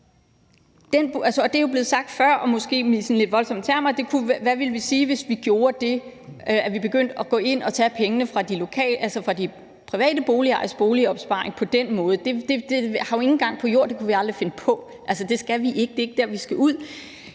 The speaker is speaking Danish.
det er jo blevet sagt før og måske med sådan lidt voldsomme termer: Hvad ville man sige, hvis vi begyndte at tage pengene fra de private boligejeres boligopsparing på den måde? Det har jo ingen gang på jord – det kunne vi aldrig finde på. Altså, det skal vi ikke; det er ikke der, vi skal ud.